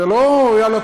זה לא: יאללה,